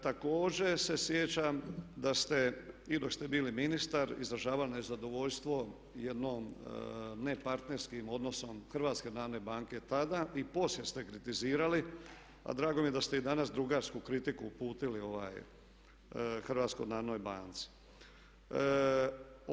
Također se sjećam da ste i dok ste bili ministar izražavali nezadovoljstvo jednim nepartnerskim odnosom HNB-a tada i poslije ste kritizirali, a drago mi je da ste i danas drugarsku kritiku uputili HNB-u.